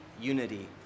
unity